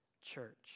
church